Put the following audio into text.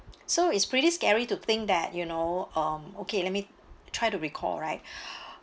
so it's pretty scary to think that you know um okay let me try to recall right